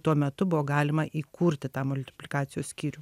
tuo metu buvo galima įkurti tą multiplikacijos skyrių